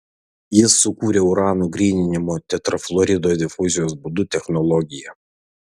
jis sukūrė urano gryninimo tetrafluorido difuzijos būdu technologiją